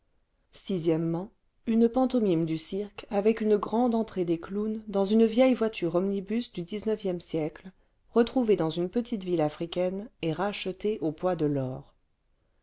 une pantomime du cirque avec uue grande entrée des clowns dans une vieille voiture omnibus du xixe siècle retrouvée dans une petite ville africaine et rachetée au poids de l'or